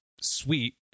sweet